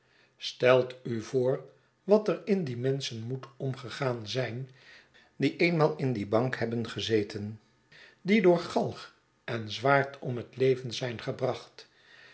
stelt u voor wat er in die menschen moet omgegaan zijn die eenmaal in die bank hebben gezeten die door galg en zwaard om het leven zijn gebracht